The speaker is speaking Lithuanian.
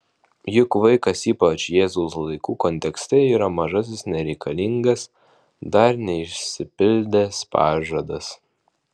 juk vaikas ypač jėzaus laikų kontekste yra mažasis nereikalingas dar neišsipildęs pažadas